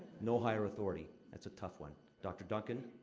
no higher authority. that's a tough one. dr. duncan,